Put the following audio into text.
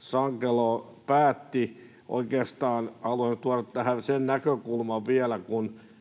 Sankelo päätti. Oikeastaan haluan tuoda tähän sen näkökulman vielä,